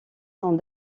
sont